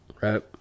right